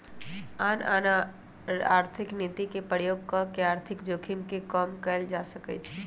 आन आन आर्थिक नीति के प्रयोग कऽ के आर्थिक जोखिम के कम कयल जा सकइ छइ